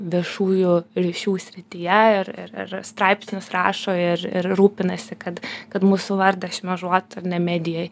viešųjų ryšių srityje ir ir ir straipsnius rašo ir ir rūpinasi kad kad mūsų vardas šmėžuotų ar ne medijoj